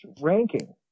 ranking